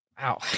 Wow